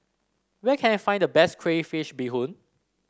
where can I find the best Crayfish Beehoon